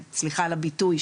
סליחה על הביטוי,